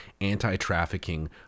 anti-trafficking